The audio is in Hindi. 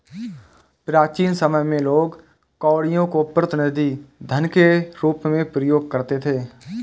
प्राचीन समय में लोग कौड़ियों को प्रतिनिधि धन के रूप में प्रयोग करते थे